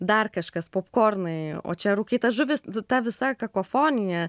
dar kažkas popkornai o čia rūkyta žuvis nu ta visa kakofonija